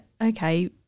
okay